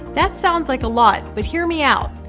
that sounds like a lot, but hear me out,